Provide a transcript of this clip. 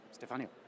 Stefania